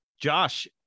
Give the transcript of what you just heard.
Josh